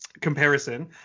comparison